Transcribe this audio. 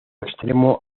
extremo